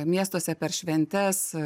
miestuose per šventes